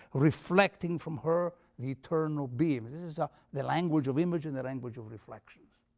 reflecting from her the eternal beams. this is ah the language of image and the language of reflections.